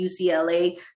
UCLA